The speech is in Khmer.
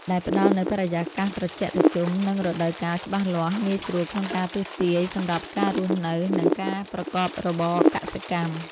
ដែលផ្ដល់នូវបរិយាកាសត្រជាក់ត្រជុំ និងរដូវកាលច្បាស់លាស់ងាយស្រួលក្នុងការទស្សន៍ទាយសម្រាប់ការរស់នៅ និងការប្រកបរបរកសិកម្ម។